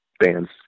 bands